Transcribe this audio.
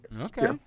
Okay